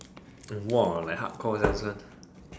!wah! like hardcore sia this one